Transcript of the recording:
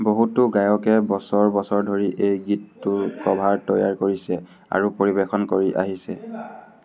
বহুতো গায়কে বছৰ বছৰ ধৰি এই গীতটোৰ কভাৰ তৈয়াৰ কৰিছে আৰু পৰিৱেশন কৰি আহিছে